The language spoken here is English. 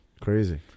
Crazy